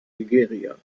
nigeria